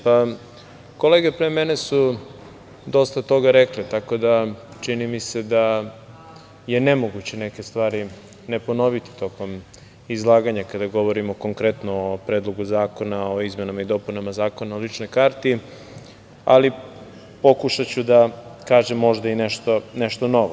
Pa, kolege pre mene su dosta toga rekle, tako da, čini mi se je nemoguće neke stvari ne ponoviti tokom izlaganja, kada govorimo konkretno o Predlogu zakona o izmenama i dopunama Zakona o ličnoj karti, ali pokušaću da kažem možda i nešto novo.